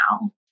now